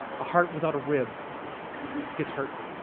a heart without a rib gets hurt.